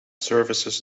services